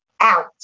out